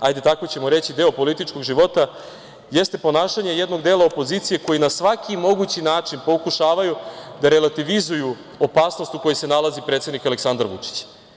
ajde tako ćemo reći, deo političkog života, jeste ponašanje jednog dela opozicije koji na svaki mogući način pokušavaju da relativizuju opasnost u kojoj se nalazi predsednik Aleksandar Vučić.